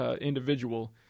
individual